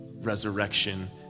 Resurrection